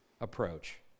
approach